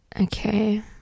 Okay